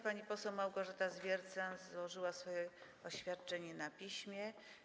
Pani poseł Małgorzata Zwiercan złożyła swoje oświadczenie na piśmie.